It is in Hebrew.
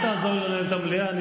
אל תעזור לי לנהל את המליאה.